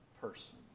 person